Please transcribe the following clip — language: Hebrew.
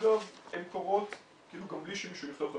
--- הן קורות גם בלי שמישהו יכתוב אותם.